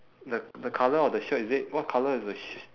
the the colour of the shirt is it what colour is the shi~